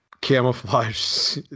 camouflage